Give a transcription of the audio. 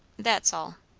that's all.